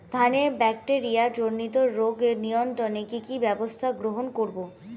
ধানের ব্যাকটেরিয়া জনিত রোগ নিয়ন্ত্রণে কি কি ব্যবস্থা গ্রহণ করব?